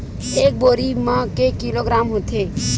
एक बोरी म के किलोग्राम होथे?